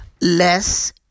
less